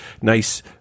nice